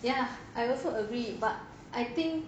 ya I also agree but I think